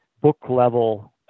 book-level